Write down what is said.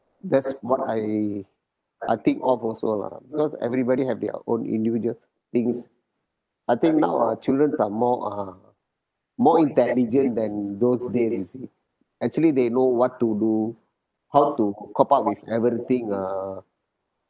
that's what I I think of also lah because everybody have their own individual things I think now our childrens are more uh more intelligent than those days you see actually they know what to do how to cope up with everything uh